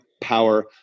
Power